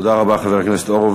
תודה רבה, חבר הכנסת הורוביץ.